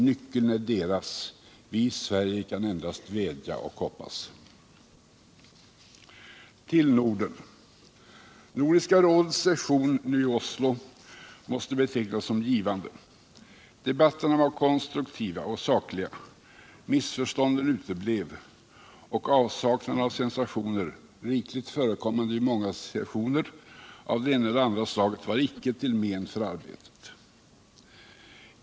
Nyckeln är deras. Vi i Sverige kan endast vädja och hoppas. Nordiska rådets session nu senast i Oslo måste betecknas som givande. Debatterna var konstruktiva och sakliga, missförstånden uteblev och avsaknaden av sensationer — rikligt förekommande vid många sessioner — av det ena eller andra slaget var icke till men för arbetet.